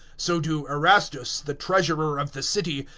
so do erastus, the treasurer of the city,